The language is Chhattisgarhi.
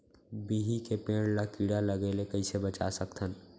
बिही के पेड़ ला कीड़ा लगे ले कइसे बचा सकथन?